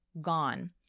gone